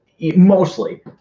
mostly